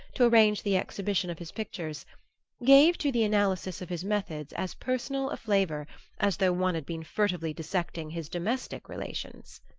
to arrange the exhibition of his pictures gave to the analysis of his methods as personal a flavor as though one had been furtively dissecting his domestic relations.